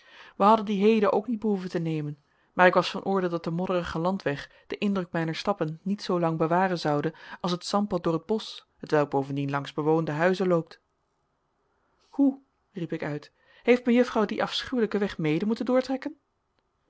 wij hadden dien heden ook niet behoeven te nemen maar ik was van oordeel dat de modderige landweg den indruk mijner stappen niet zoo lang bewaren zonde als het zandpad door het bosch hetwelk bovendien langs bewoonde huizen loopt hoe riep ik uit heeft mejuffrouw dien afschuwelijken weg mede moeten doortrekken